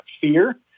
fear